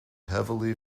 heavily